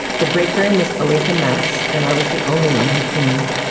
the break room was always a mess and i was the only one who cleaned.